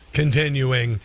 continuing